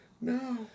No